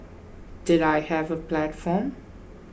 did I have a platform